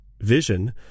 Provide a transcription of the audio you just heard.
vision